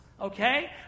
okay